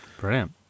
Brilliant